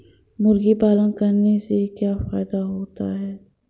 मुर्गी पालन करने से क्या फायदा होता है?